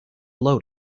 load